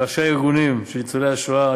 לראשי הארגונים של ניצולי השואה,